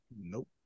Nope